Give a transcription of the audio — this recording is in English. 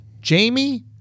Jamie